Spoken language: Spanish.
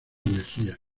energía